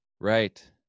Right